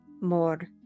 more